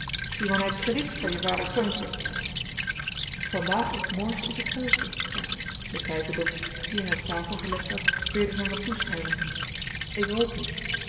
simon heit krediet voor je vhaders zhoontje vandaag of morgen is t zelfde zeide ik de pijpedopjes die hij op tafel gelegd had weder naar hem toeschuivende ik rook niet